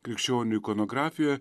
krikščionių ikonografijoje